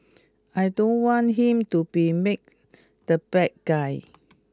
I don't want him to be made the bad guy